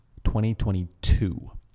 2022